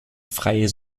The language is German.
freie